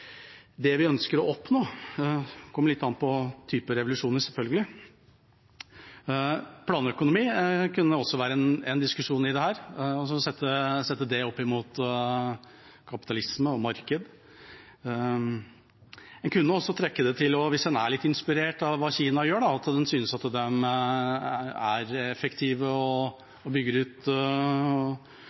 det vi ønsker å oppnå. Det kommer litt an på type revolusjoner, selvfølgelig. Planøkonomi kunne også være én diskusjon i dette, å sette det opp mot kapitalisme og marked. En kunne også trekke det videre: Hvis en er litt inspirert av hva Kina gjør, og synes at de er effektive og bygger ut